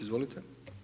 Izvolite.